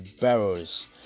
barrels